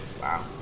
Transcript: Wow